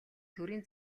төрийн